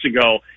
ago